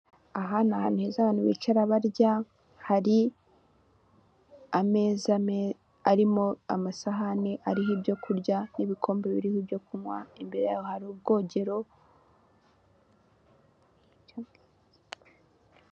Aha ni ahantu heza abantu bicara barya, hari ameza arimo amasahani ariho ibyo kurya n'ibikombe biriho ibyo kunywa, imbere yaho hari ubwogero.